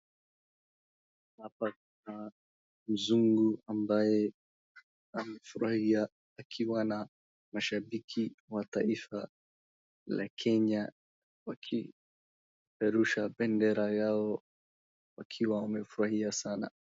Hapa Mzungu ambaye amefurahia akiwa na mashabiki wa taifa la Kenya wakipeperusha bendera yao wakiwa wamefurahia sana.